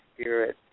spirit